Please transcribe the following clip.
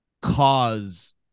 cause